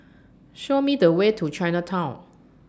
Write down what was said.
Show Me The Way to Chinatown